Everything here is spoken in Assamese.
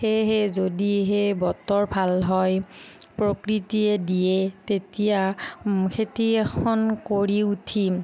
সেইহে যদি সেই বতৰ ভাল হয় প্ৰকৃতিয়ে দিয়ে তেতিয়া খেতি এখন কৰি উঠিম